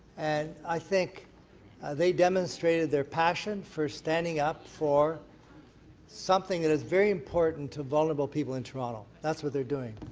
and i think they demonstrated their passion for standing up for something that is very important to vulnerable people in toronto. that's what they're doing.